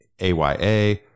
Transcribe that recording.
AYA